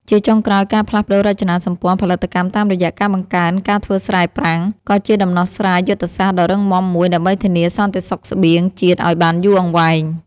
ជាចុងក្រោយ ការផ្លាស់ប្តូររចនាសម្ព័ន្ធផលិតកម្មតាមរយៈការបង្កើនការធ្វើស្រែប្រាំង ក៏ជាដំណោះស្រាយយុទ្ធសាស្ត្រដ៏រឹងមាំមួយដើម្បីធានាសន្តិសុខស្បៀងជាតិឱ្យបានយូរអង្វែង។